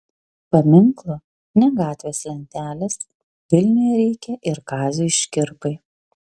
paminklo ne gatvės lentelės vilniuje reikia ir kaziui škirpai